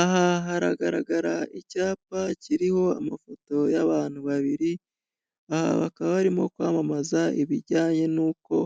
Aha haragaragara icyapa kiriho amafoto y'abantu babiri, aha bakaba barimo kwamamaza ibijyanye n'uko